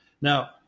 Now